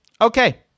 Okay